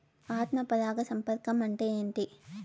ఆత్మ పరాగ సంపర్కం అంటే ఏంటి?